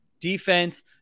Defense